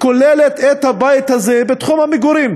כוללת את הבית הזה בתחום המגורים.